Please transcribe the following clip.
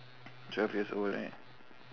twelve years old right